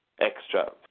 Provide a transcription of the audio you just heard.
extra